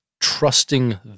trusting